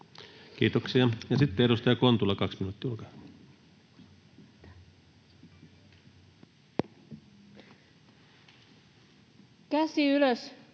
Kiitoksia. — Ja sitten edustaja Kontula, 2 minuuttia, olkaa hyvä. Käsi ylös